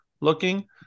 looking